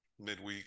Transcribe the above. midweek